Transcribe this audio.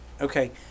okay